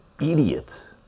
idiot